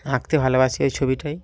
আঁকতে ভালোবাসি ওই ছবিটাই